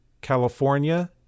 California